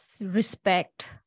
respect